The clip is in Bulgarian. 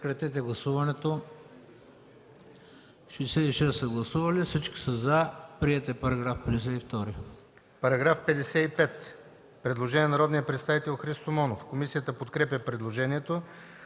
По § 7 има предложение на народния представител Христо Монов. Комисията подкрепя предложението.